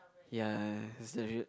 ya